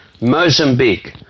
Mozambique